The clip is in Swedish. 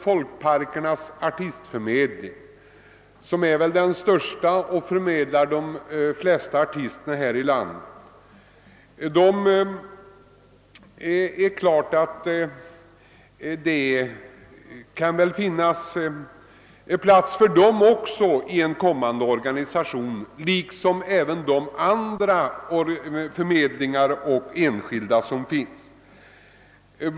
Folkparkernas artistförmedling t.ex. är väl den största artistförmedlingen här i landet. I en kommande organisation kan det väl finnas plats för den liksom för övriga enskilda förmedlingar.